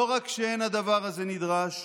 לא רק שאין הדבר הזה נדרש,